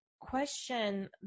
question